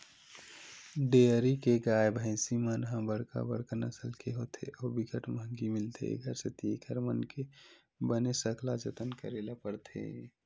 dairy के गाय, भइसी मन ह बड़का बड़का नसल के होथे अउ बिकट महंगी मिलथे, एखर सेती एकर मन के बने सकला जतन करे ल परथे